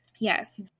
Yes